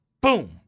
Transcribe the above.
boom